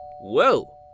Whoa